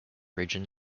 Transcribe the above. region